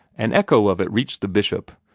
an echo of it reached the bishop,